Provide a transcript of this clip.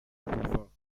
couvent